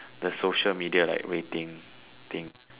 the social media like waiting thing